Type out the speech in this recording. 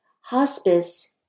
hospice